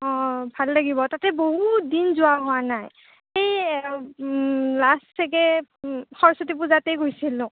অঁ ভাল লাগিব তাতে বহুত দিন যোৱা হোৱা নাই এই লাষ্ট চাগে সৰস্বতী পূজাতে গৈছিলোঁ